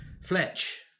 Fletch